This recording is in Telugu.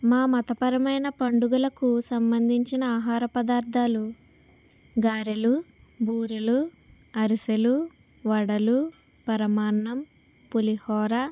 మా మతపరమైన పండుగలకు సంబంధించిన ఆహార పదార్థాలు గారెలు బూరెలు అరిసెలు వడలు పరమాన్నం పులిహోర